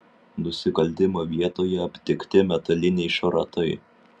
nusikaltimo vietoje aptikti metaliniai šratai